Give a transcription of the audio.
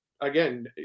again